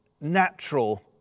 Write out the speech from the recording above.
natural